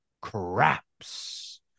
Craps